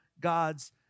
God's